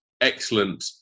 excellent